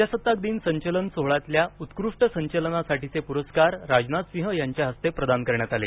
प्रजासत्ताक दिन संचलन सोहळ्यातल्या उत्कृष्ट संचलनासाठीचे पुरस्कार राजनाथसिंह यांच्या हस्ते प्रदान करण्यात आले